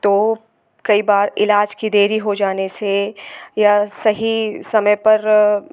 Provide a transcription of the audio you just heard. तो कई बार इलाज की देरी हो जाने से या सही समय पर